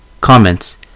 Comments